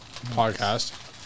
podcast